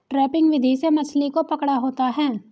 trapping विधि से मछली को पकड़ा होता है